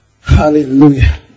Hallelujah